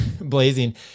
blazing